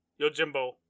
Yojimbo